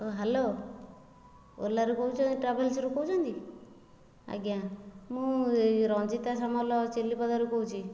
ଓ hello ଓଲାରୁ କହୁଛ ଟ୍ରାଭେଲ୍ସରୁ କହୁଛନ୍ତି ଆଜ୍ଞା ମୁଁ ରଞ୍ଜିତା ସାମଲ ଚିଲିପଦାରୁ କହୁଛି